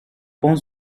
pont